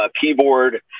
keyboard